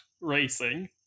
racing